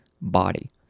body